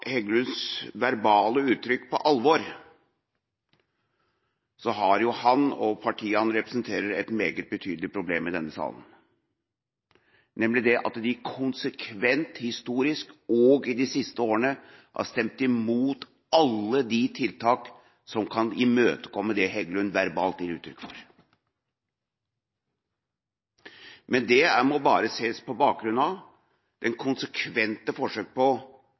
Heggelunds verbale uttrykk på alvor, har han og partiet han representerer, et meget betydelig problem i denne salen, nemlig at de konsekvent historisk og i de siste årene har stemt imot alle de tiltak som kan imøtekomme det Heggelund verbalt gir uttrykk for. Men det må bare ses på bakgrunn av det konsekvente forsøk på